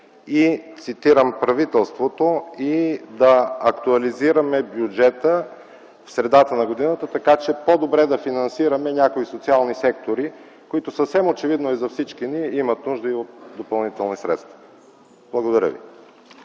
и да актуализираме бюджета в средата на годината, така че по-добре да финансираме някои социални сектори, които, съвсем очевидно е за всички ни, имат нужда от допълнителни средства? Благодаря ви.